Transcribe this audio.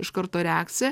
iš karto reakcija